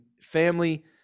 family